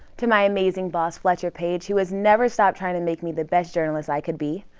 to my amazing boss, fletcher page, who has never stopped trying to make me the best journalist i could be.